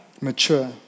mature